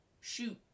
shoot